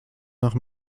nach